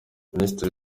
minisitiri